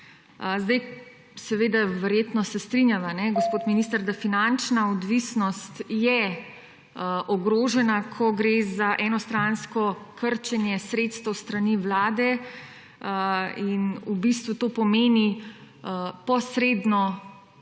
državi.« Verjetno se strinjava, gospod minister, da finančna odvisnost je ogrožena, ko gre za enostransko krčenje sredstev s strani Vlade. V bistvu to pomeni posredno